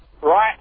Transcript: Right